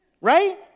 Right